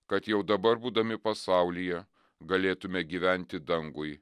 kad jau dabar būdami pasaulyje galėtume gyventi dangui